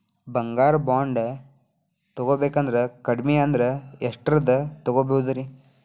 ಬಂಗಾರ ಬಾಂಡ್ ತೊಗೋಬೇಕಂದ್ರ ಕಡಮಿ ಅಂದ್ರ ಎಷ್ಟರದ್ ತೊಗೊಬೋದ್ರಿ?